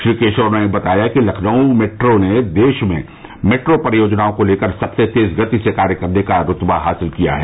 श्री केशव ने बताया कि लखनऊ मेट्रो ने देश में मेट्रो परियोजनाओं को लेकर सबसे तेज गति से कार्य करने का रुतबा हासिल किया है